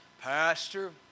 Pastor